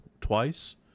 twice